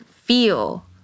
feel